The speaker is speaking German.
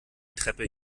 treppe